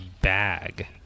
bag